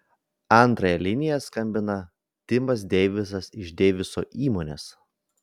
antrąja linija skambina timas deivisas iš deiviso įmonės